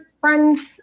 friends